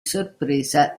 sorpresa